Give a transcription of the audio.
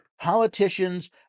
politicians